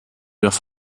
wieder